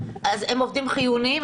אז הם עובדים חיוניים,